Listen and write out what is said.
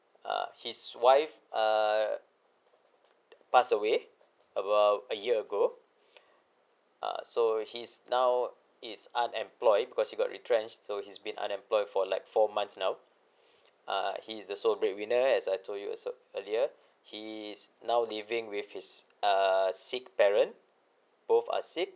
uh his wife uh pass away about a year ago uh so he's now he's unemployed because he got retrenched so he's been unemployed for like four months now ah he is the sole bread winner as I told you also earlier he is now living with his err sick parent both are sick